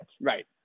Right